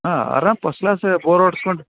ಹಾಂ ಆರಾಮ first class bore ಹೊಡ್ಸ್ಕೊಂಡು